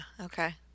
Okay